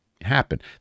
happen